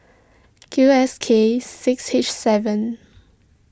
Q S K six H seven